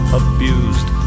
abused